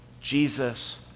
Jesus